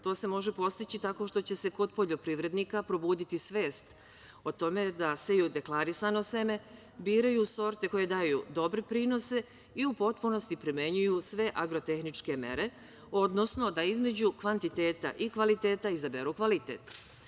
To se može postići tako što će se kod poljoprivrednika probuditi svest o tome da se i u deklarisano seme biraju sorte koje daju dobre prinose i u potpunosti primenjuju sve agro-tehničke mere, odnosno da između kvantiteta i kvaliteta izaberu kvalitet.